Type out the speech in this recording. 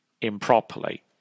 improperly